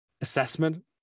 assessment